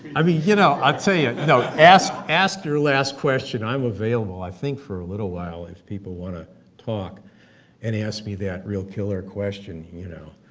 you know, i'm saying you know ask ask your last question, i'm available, i think for a little while if people want to talk and ask me that real killer question, you know.